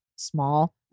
Small